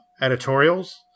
editorials